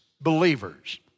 believers